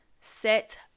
set